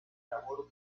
labor